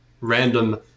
random